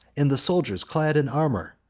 and the soldiers clad in armor!